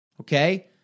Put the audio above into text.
Okay